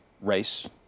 race